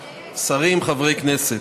שרים, חברי כנסת,